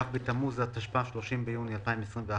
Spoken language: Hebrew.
כ' בתמוז התשפ"א, 30 ביוני 2012,